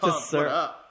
Sir